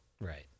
Right